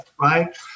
right